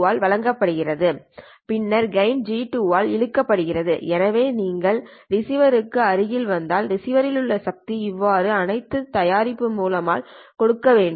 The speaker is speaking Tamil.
ஆல் வழங்கப்படும் பின்னர் கெய்ன் G2 ஆல் இழுக்கப்படுகிறது எனவே நீங்கள் ரிசீவர் அருகில் வந்தால் ரிசீவரில் உள்ள சக்தி இவை அனைத்தின் தயாரிப்பு மூலம் ஆல் கொடுக்க வேண்டும்